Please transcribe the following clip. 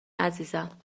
عزیزم